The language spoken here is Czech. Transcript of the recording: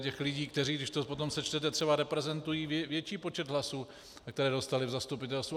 Těch lidí, kteří, když to potom sečtete, potom reprezentují větší počet hlasů, které dostali v zastupitelstvu atd.